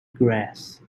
grass